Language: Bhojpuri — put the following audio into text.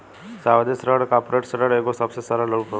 सावधि ऋण कॉर्पोरेट ऋण के एगो सबसे सरल रूप हवे